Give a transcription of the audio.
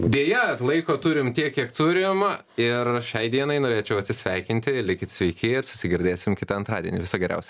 deja laiko turim tiek kiek turim ir šiai dienai norėčiau atsisveikinti likit sveiki ir susigirdėsim kitą antradienį viso geriausio